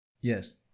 yes